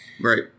Right